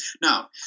Now